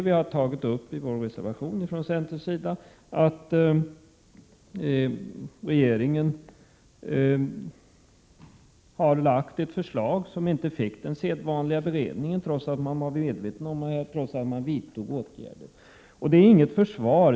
Vi har därför i vår reservation framhållit att regeringen har lagt fram ett förslag som inte fick den sedvanliga beredningen, innan man vidtog åtgärder.